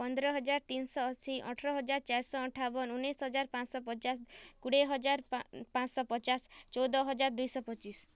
ପନ୍ଦ୍ର ହଜାର୍ ତିନ୍ଶହ ଅଶୀ ଅଠ୍ର ହଜାର୍ ଚାର୍ଶହ ଅଠାବନ୍ ଉନେଇଶ୍ ହଜାର୍ ପାଁଶହ ପଚାଶ୍ କୁଡ଼େ ହଜାର୍ ପାଁଶହ ପଚାଶ୍ ଚଉଦ ହଜାର୍ ଦୁଇ ଶହ ପଚିଶ୍